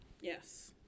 Yes